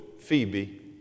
Phoebe